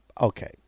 Okay